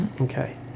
okay